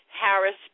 Harris